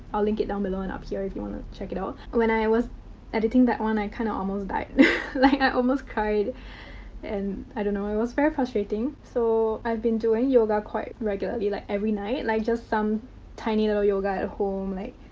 i'll link it down below and up here, if you want to check it out. when i was editing that one, i kind of almost died. and like, i almost cried and, i don't know, it was very frustrating. so, i've been doing yoga quite regularly. like, every night. like, just some tiny little yoga at home like,